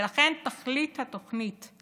ולכן, תכלית התוכנית היא